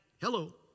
hello